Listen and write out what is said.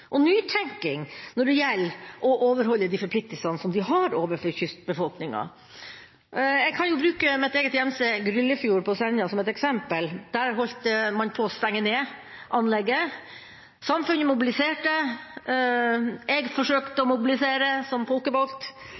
og nytenking når det gjelder å overholde de forpliktelsene de har overfor kystbefolkninga. Jeg kan bruke mitt eget hjemsted, Gryllefjord på Senja, som et eksempel. Der holdt man på å stenge ned anlegget. Samfunnet mobiliserte, jeg forsøkte å mobilisere som folkevalgt,